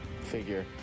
figure